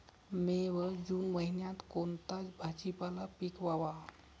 मे व जून महिन्यात कोणता भाजीपाला पिकवावा?